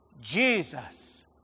Jesus